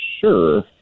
Sure